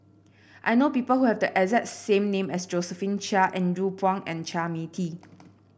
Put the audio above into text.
I know people who have the exact same name as Josephine Chia Andrew Phang and Chua Mia Tee